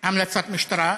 המלצת משטרה,